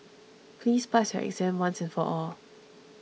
please pass your exam once and for all